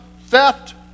theft